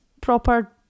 proper